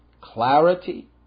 clarity